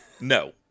No